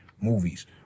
movies